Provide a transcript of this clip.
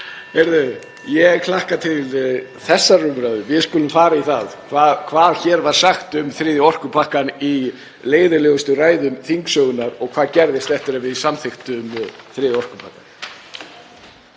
byggja? Ég hlakka til þessarar umræðu. Við skulum fara í það hvað hér var sagt um þriðja orkupakkann í leiðinlegustu ræðum þingsögunnar og hvað gerðist eftir að við samþykktum þriðja orkupakkann.